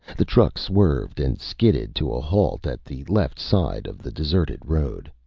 the truck swerved and skidded to a halt at the left side of the deserted road.